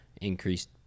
increased